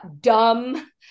dumb